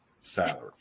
salary